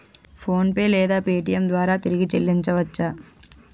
PhonePe లేదా Paytm ద్వారా తిరిగి చల్లించవచ్చ?